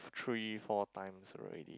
three four times already